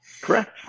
Correct